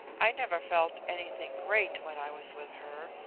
i never felt anything great when i was with her,